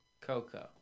Co-co